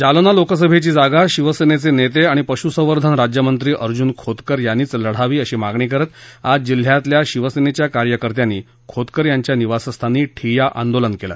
जालना लोकसभेची जागा शिवसेनेचे नेते आणि पशुसंवधन राज्यमद्वीीअर्जुन खोतकर यातीीव लढावी अशी मागणी करत आज जिल्ह्यातल्या शिवसेनेच्या कार्यकर्त्यांनी खोतकर याच्या निवासस्थानी ठिय्या आद्यीलन केलं